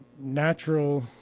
natural